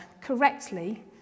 correctly